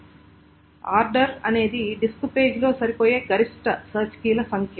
కాబట్టి ఆర్డర్ అనేది డిస్క్ పేజీలో సరిపోయే గరిష్ట సెర్చ్ కీల సంఖ్య